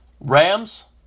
Rams